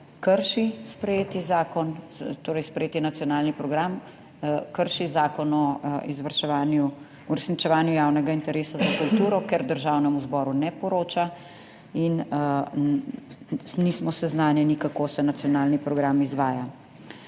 krši sprejeti zakon, torej sprejeti nacionalni program krši Zakon o uresničevanju javnega interesa za kulturo, ker Državnemu zboru ne poroča in nismo seznanjeni, kako se nacionalni program izvaja.